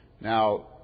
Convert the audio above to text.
Now